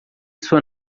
sua